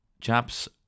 chaps